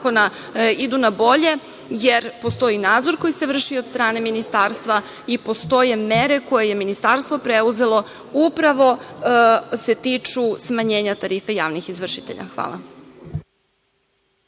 idu na bolje, jer postoji nadzor koji se vrši od strane ministarstva i postoje mere koje je ministarstvo preuzelo, upravo se tiču smanjenja tarife javnih izvršitelja. Hvala.